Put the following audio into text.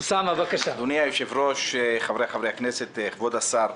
אדוני היושב-ראש, חבריי חברי הכנסת, כבוד השר,